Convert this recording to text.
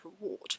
reward